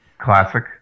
Classic